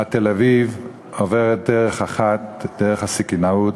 עד תל-אביב עוברת דרך אחת, דרך הסכינאות,